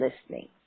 listening